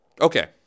Okay